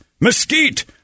mesquite